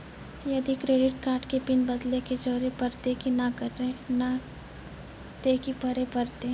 यदि credit card के pin बदले के जरूरी परतै ते की करे परतै?